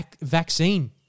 vaccine